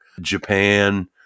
Japan